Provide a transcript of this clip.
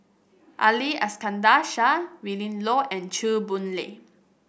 Ali Iskandar Shah Willin Low and Chew Boon Lay